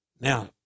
Now